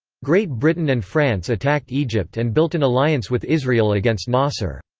great britain and france attacked egypt and built an alliance with israel against nasser.